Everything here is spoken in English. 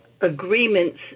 agreements